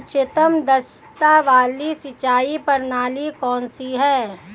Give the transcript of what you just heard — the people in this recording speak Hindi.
उच्चतम दक्षता वाली सिंचाई प्रणाली कौन सी है?